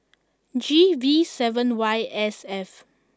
G V seven Y S F